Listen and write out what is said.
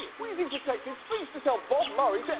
we're using protected speech to tell bob murray to